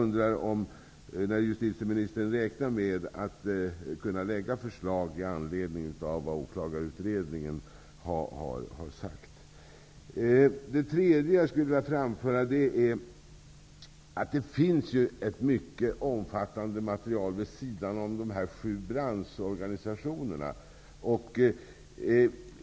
När räknar justitieministern med att kunna lägga fram förslag med anledning av vad Åklagarutredningen har sagt? Det finns ett mycket omfattande material vid sidan av de sju branchorganisationerna.